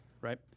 Right